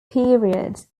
periods